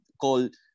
called